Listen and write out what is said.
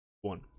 one